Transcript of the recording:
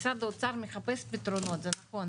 משרד האוצר מחפש פתרונות, זה נכון,